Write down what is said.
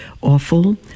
awful